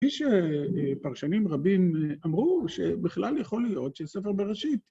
‫כפי שפרשנים רבים אמרו, ‫שבכלל יכול להיות שספר בראשית.